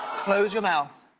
close your mouth.